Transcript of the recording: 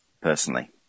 Personally